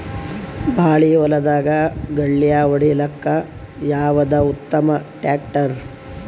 ಬಾಳಿ ಹೊಲದಾಗ ಗಳ್ಯಾ ಹೊಡಿಲಾಕ್ಕ ಯಾವದ ಉತ್ತಮ ಟ್ಯಾಕ್ಟರ್?